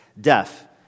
deaf